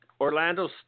Orlando